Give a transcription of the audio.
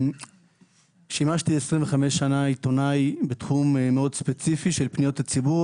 שימשתי 25 שנה עיתונאי בתחום מאוד ספציפי של פניות הציבור,